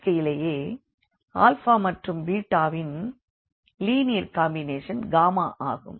இயற்கையிலே மற்றும் ன் லீனியர் காம்பினேஷன் ஆகும்